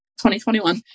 2021